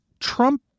Trump